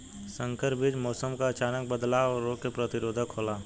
संकर बीज मौसम क अचानक बदलाव और रोग के प्रतिरोधक होला